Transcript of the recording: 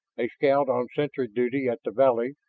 a scout on sentry duty at the valley,